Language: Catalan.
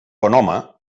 bonhome